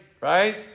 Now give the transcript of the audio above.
right